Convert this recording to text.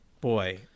boy